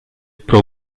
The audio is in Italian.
pro